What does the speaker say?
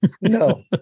No